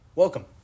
Welcome